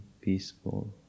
peaceful